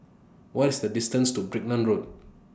What IS The distance to Brickland Road